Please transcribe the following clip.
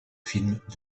films